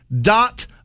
dot